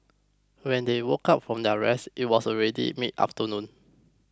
when they woke up from their rest it was already mid afternoon